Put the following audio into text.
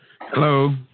hello